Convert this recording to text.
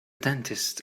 dentist